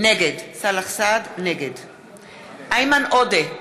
נגד איימן עודה,